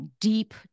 deep